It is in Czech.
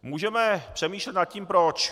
Můžeme přemýšlet nad tím proč.